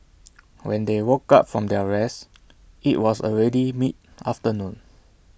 when they woke up from their rest IT was already mid afternoon